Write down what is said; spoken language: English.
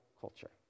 culture